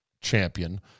champion